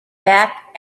back